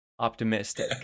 optimistic